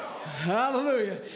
Hallelujah